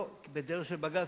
לא בדרך של בג"ץ,